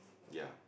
ya